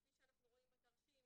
כפי שאנחנו רואים בתרשים,